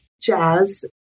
jazz